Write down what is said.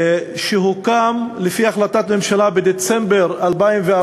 שהוקם לפי החלטת הממשלה בדצמבר 2014